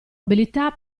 abilità